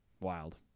wild